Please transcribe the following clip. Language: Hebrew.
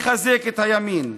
מחזק את הימין.